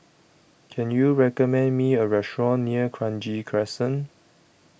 Can YOU recommend Me A Restaurant near Kranji Crescent